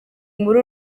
muri